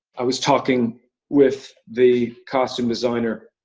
i was talking with the costume designer.